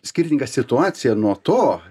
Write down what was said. skirtinga situacija nuo to